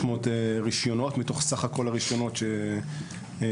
רישיונות מתוך סך הכול הרישיונות שהוצאנו,